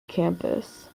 campus